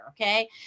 Okay